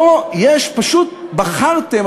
פשוט בחרתם,